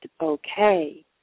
okay